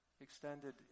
extended